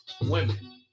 women